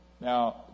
Now